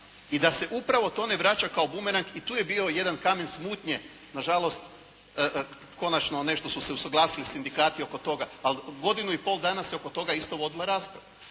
i da se upravo to ne vraća kao bumerang i tu je bio jedan kamen smutnje, na žalost konačno nešto su se usuglasili sindikati oko toga, ali godinu i pol dana se oko toga isto vodila rasprava.